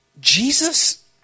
Jesus